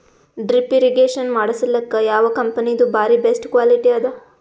Drip irrigation ಮಾಡಸಲಕ್ಕ ಯಾವ ಕಂಪನಿದು ಬಾರಿ ಬೆಸ್ಟ್ ಕ್ವಾಲಿಟಿ ಅದ?